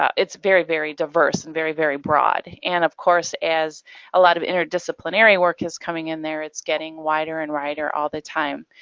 ah it's very very diverse and very very broad. and of course, as a lot of interdisciplinary work is coming in there it's getting wider and wider all the time.